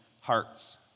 hearts